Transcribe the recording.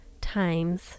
times